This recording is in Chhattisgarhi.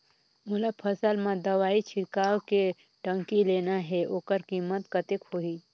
मोला फसल मां दवाई छिड़काव के टंकी लेना हे ओकर कीमत कतेक होही?